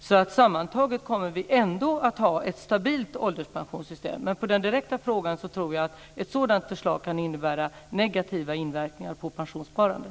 Sammantaget kommer vi ändå att ha ett stabilt ålderspensionssystem. Men på den direkta frågan svarar jag att ett sådant förslag kan innebära negativa inverkningar på pensionssparandet.